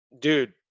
Dude